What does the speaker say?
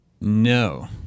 No